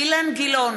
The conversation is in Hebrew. אילן גילאון,